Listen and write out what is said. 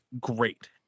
great